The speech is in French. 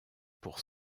pour